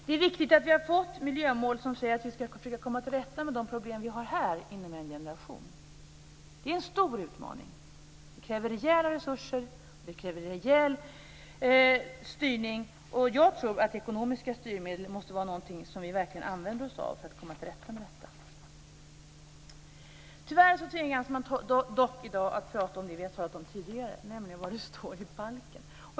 Det är viktigt att vi har fått miljömål som handlar om att vi inom en generation ska försöka komma till rätta med de problem vi har här. Det är en stor utmaning, och det kräver rejäla resurser och rejäl styrning. Jag tror att ekonomiska styrmedel måste vara någonting som vi verkligen använder oss av för att komma till rätta med detta. Tyvärr tvingas vi dock i dag prata om det som vi har talat om tidigare, nämligen vad som står i balken.